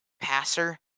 passer